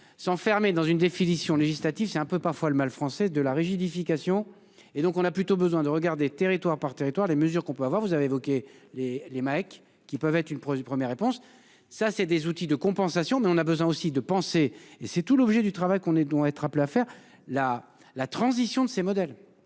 S'enfermer dans une définition législative. C'est un peu parfois le mal français de la rigidification. Et donc on a plutôt besoin de regarder, territoire par territoire. Les mesures qu'on peut avoir, vous avez évoqué les les mecs qui peuvent être une première réponse. Ça c'est des outils de compensation mais on a besoin aussi de penser et c'est tout l'objet du travail qu'on aide doit on être la faire la la transition de ses modèles.